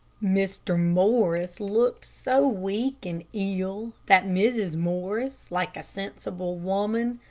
mr. morris looked so weak and ill that mrs. morris, like a sensible woman,